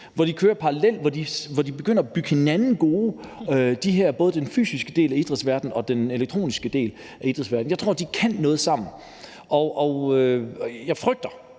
hvor de kører parallelt og begynder at bygge hinanden op, så de bliver gode til både den fysiske del af idrætsverdenen og den elektroniske del af idrætsverdenen. Jeg tror, at de kan noget sammen. Jeg frygter,